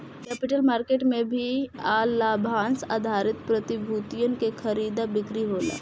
capital market में भी share आ लाभांस आधारित प्रतिभूतियन के खरीदा बिक्री होला